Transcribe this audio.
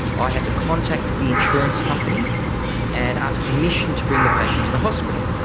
i had to contact the insurance company and ask permission to bring the patient into hospital.